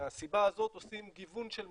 מהסיבה הזאת עושים גיוון של מקורות.